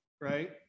right